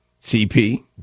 CP